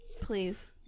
Please